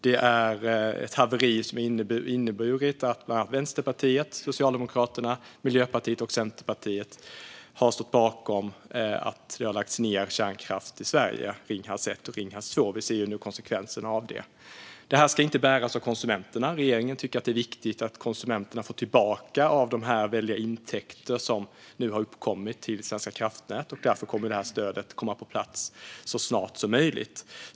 Det är ett haveri som har inneburit att Vänsterpartiet, Socialdemokraterna, Miljöpartiet och Centerpartiet har stått bakom att det har lagts ned kärnkraftverk i Sverige - Ringhals 1 och Ringhals 2. Vi ser nu konsekvenserna av det. Det här ska inte bäras av konsumenterna. Regeringen tycker att det är viktigt att konsumenterna får tillbaka av de väldiga intäkter som nu har uppkommit till Svenska kraftnät, och därför kommer det här stödet att komma på plats så snart som möjligt.